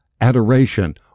adoration